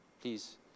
Please